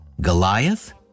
Goliath